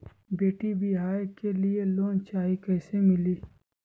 बेटी ब्याह के लिए लोन चाही, कैसे मिली?